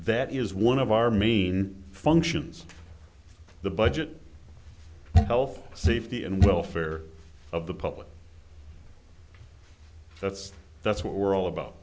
that is one of our main functions the budget health safety and welfare of the public that's that's what we're all about